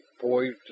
poised